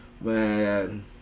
Man